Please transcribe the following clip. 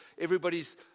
everybody's